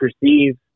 perceive